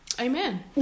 Amen